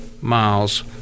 miles